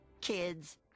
kids